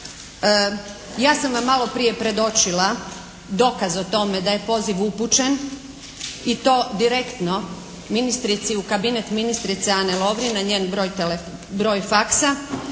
Ja sam vam malo prije predočila dokaz o tome da je poziv upućen i to direktno ministrici u kabinet ministrice Ane Lovrin na njen broj faksa